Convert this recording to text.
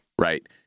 right